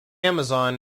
amazon